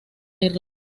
irlanda